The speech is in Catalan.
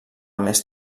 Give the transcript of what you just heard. més